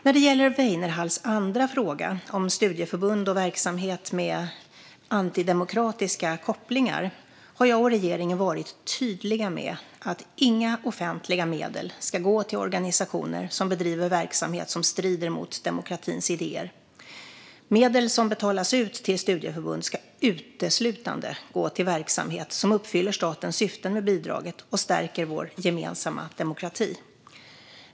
När det gäller Weinerhalls andra fråga om studieförbund och verksamhet med antidemokratiska kopplingar har jag och regeringen varit tydliga med att inga offentliga medel ska gå till organisationer som bedriver verksamhet som strider mot demokratins idéer. Medel som betalas ut till studieförbund ska uteslutande gå till verksamhet som uppfyller statens syften med bidraget och stärker vår gemensamma demokrati.